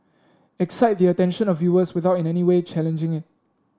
excite the attention of viewers without in any way challenging it